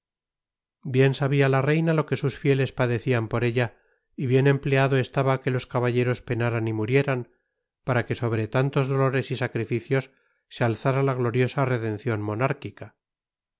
bien sabía la reina lo que sus fieles padecían por ella y bien empleado estaba que los caballeros penaran y murieran para que sobre tantos dolores y sacrificios se alzara la gloriosa redención monárquica